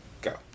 Go